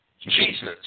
Jesus